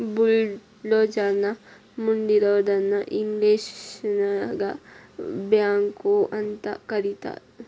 bulldozer ನ ಮುಂದ್ ಇರೋದನ್ನ ಇಂಗ್ಲೇಷನ್ಯಾಗ ಬ್ಯಾಕ್ಹೊ ಅಂತ ಕರಿತಾರ್